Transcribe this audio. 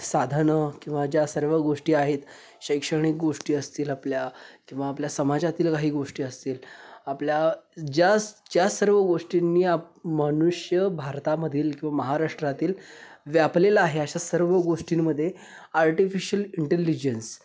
साधनं किंवा ज्या सर्व गोष्टी आहेत शैक्षणिक गोष्टी असतील आपल्या किंवा आपल्या समाजातील काही गोष्टी असतील आपल्या ज्या ज्या सर्व गोष्टींनी आप मनुष्य भारतामधील किंवा महाराष्ट्रातील व्यापलेलं आहे अशा सर्व गोष्टींमध्ये आर्टिफिशल इंटेलिजन्स